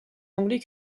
anglais